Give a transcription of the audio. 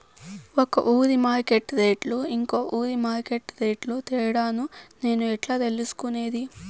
ఒక ఊరి మార్కెట్ రేట్లు ఇంకో ఊరి మార్కెట్ రేట్లు తేడాను నేను ఎట్లా తెలుసుకునేది?